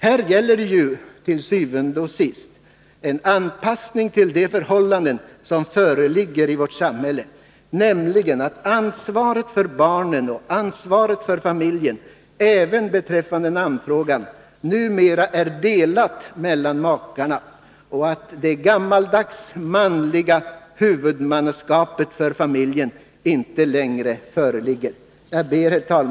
Här gäller det ju til syvende og sidst en anpassning till de förhållanden som föreligger i vårt samhälle, nämligen att ansvaret för barnen och familjen även beträffande namnfrågan numera är delat mellan makarna och att det gammaldags manliga huvudmannaskapet för familjen inte längre föreligger. Herr talman!